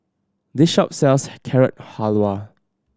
this shop sells Carrot Halwa